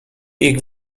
ich